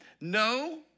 no